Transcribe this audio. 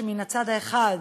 מן הצד האחד